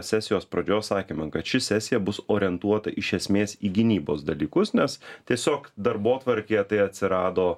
sesijos pradžios sakėme kad ši sesija bus orientuota iš esmės į gynybos dalykus nes tiesiog darbotvarkėje tai atsirado